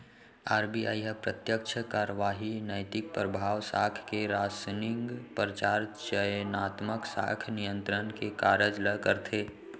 RBI ह प्रत्यक्छ कारवाही, नैतिक परभाव, साख के रासनिंग, परचार, चयनात्मक साख नियंत्रन के कारज ल करथे